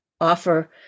offer